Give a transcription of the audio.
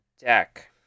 deck